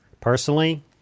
personally